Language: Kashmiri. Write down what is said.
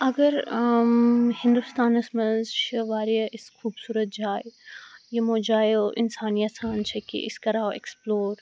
اَگَر ہِندوستانَس منٛز چھِ وارِیاہ ٲسۍ خوبصوٗرَت جاے یِمو جایو اِنسان یِژھان چھُ کہِ أسۍ کَرہاو ایٚکٕسپٔلور